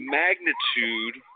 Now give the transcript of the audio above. magnitude